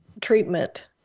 treatment